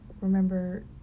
remember